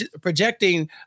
projecting